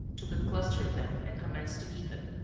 took a cluster of them and commenced to eat them,